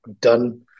done